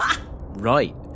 Right